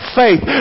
faith